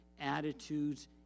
attitudes